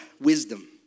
wisdom